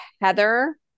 Heather